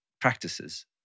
practices